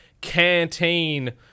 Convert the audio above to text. canteen